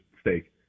steak